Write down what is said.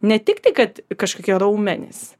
ne tik tai kad kažkokie raumenys